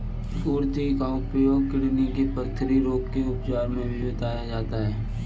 कुर्थी का उपयोग किडनी के पथरी रोग के उपचार में भी बताया जाता है